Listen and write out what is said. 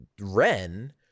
Ren